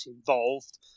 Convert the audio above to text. involved